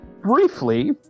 briefly